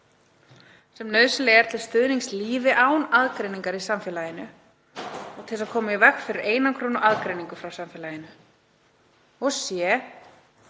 sem nauðsynleg er til stuðnings lífi án aðgreiningar í samfélaginu og til að koma í veg fyrir einangrun og aðgreiningu frá samfélaginu, c. að